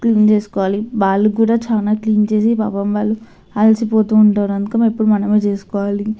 clean చేసుకోలి వాళ్ళు కూడా చానా క్లీన్ చేసి పాపం వాళ్ళు అలసిపోతూ ఉంటారు అందుకనే ఎప్పుడు మనమే చేసుకోవాలి